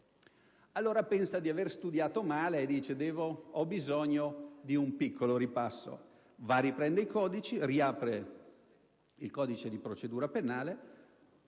corso. Pensa di aver studiato male e di aver bisogno di un piccolo ripasso. Allora, riprende i codici, riapre il codice di procedura penale